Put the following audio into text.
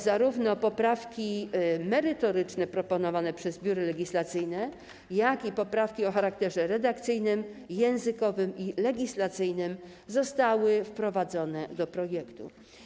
Zarówno poprawki merytoryczne proponowane przez Biuro Legislacyjne, jak i poprawki o charakterze redakcyjnym, językowym i legislacyjnym zostały wprowadzone do projektu.